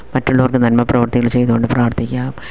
മറ്റുള്ളവർക്ക് നന്മ പ്രവർത്തികള് ചെയ്തുകൊണ്ട് പ്രാർത്ഥിക്കാം